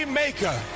maker